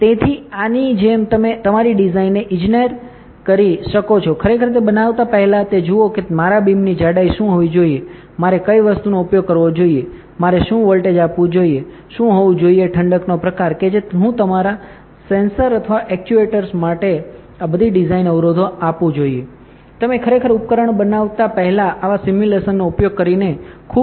તેથી આની જેમ તમે તમારી ડિઝાઇનને ઇજનેર કરી શકો છો ખરેખર તે બનાવતા પહેલા તે જુઓ કે મારા બીમની જાડાઈ શું હોવી જોઈએ મારે કઈ વસ્તુનો ઉપયોગ કરવો જોઈએ મારે શું વોલ્ટેજ આપવું જોઈએ શું હોવું જોઈએ ઠંડકનો પ્રકાર કે જે હું તમારા સેન્સર અથવા એક્ટ્યુએટર્સ માટે આ બધી ડિઝાઇન અવરોધો આપું જોઈએ તમે ખરેખર ઉપકરણ બનાવતા પહેલા આવા સિમ્યુલેશનનો ઉપયોગ કરીને ખૂબ સારી રીતે સ્ટડી કરી શકાય છે